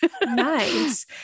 Nice